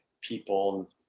people